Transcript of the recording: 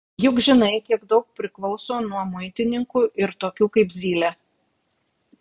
juk žinai kiek daug priklauso nuo muitininkų ir tokių kaip zylė